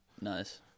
Nice